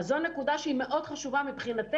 אז זו הנקודה שהיא מאוד חשוב מבחינתנו,